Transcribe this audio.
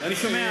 ואני שומע,